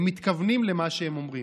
הם מתכוונים למה שהם אומרים.